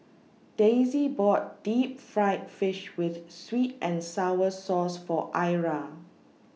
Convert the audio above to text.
Daisie bought Deep Fried Fish with Sweet and Sour Sauce For Ira